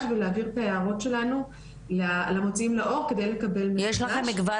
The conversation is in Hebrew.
ולהעביר את ההערות שלנו למוציאים לאור כדי לקבל --- יש לכם כבר